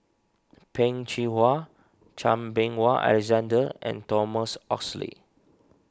Peh Chin Hua Chan Meng Wah Alexander and Thomas Oxley